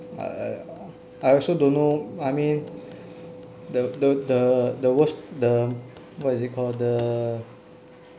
uh I also don't know I mean the the the the worst the what is it called the